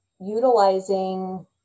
utilizing